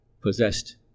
possessed